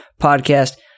podcast